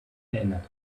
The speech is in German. erinnert